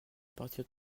partir